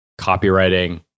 copywriting